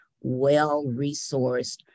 well-resourced